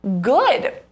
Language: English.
good